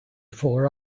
four